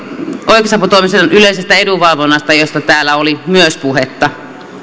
oikeusaputoimiston yleisestä edunvalvonnasta josta täällä oli myös puhetta